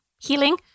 healing